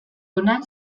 hona